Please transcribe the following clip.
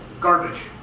garbage